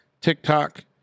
TikTok